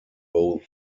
bow